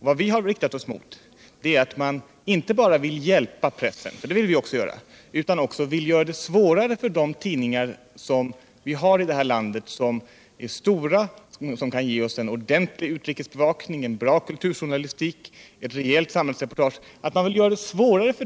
Vad vi har riktat oss mot är inte att man vill hjälpa pressen, för det vill även vi göra, utan att man vill göra det svårare för de stora tidningarna här i landet som kan ge oss en ordentlig utrikesbevakning, en god kulturjournalistik och ett rejält samhällsreportage.